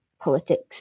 politics